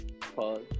Pause